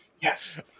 Yes